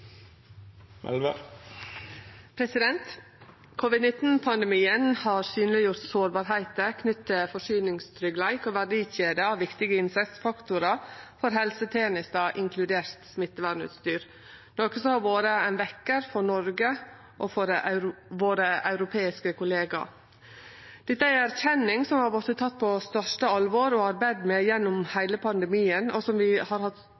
har synleggjort sårbarheiter knytte til forsyningstryggleik og verdikjeder av viktige innsatsfaktorar for helsetenesta, inkludert smittevernutstyr – noko som har vore ein vekkjar både for Noreg og for våre europeiske kollegaer. Dette er ei erkjenning som har vorte teken på største alvor og arbeidd med gjennom heile pandemien, og som vi